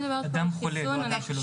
אדם חולה, לא אדם שלא התחסן.